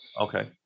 okay